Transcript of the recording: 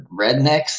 rednecks